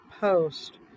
post